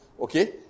Okay